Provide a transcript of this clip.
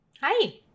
Hi